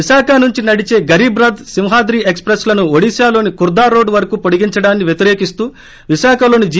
విశాఖ నుంచి నడిచే Garib Rath Simhadri express లను ఒడిశాలోని ఖుర్గారోడ్ వరకూ పొడిగించడాన్ని వ్యతిరేకిస్తూ విశాఖలోని జి